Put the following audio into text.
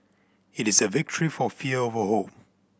it is a victory for fear over hope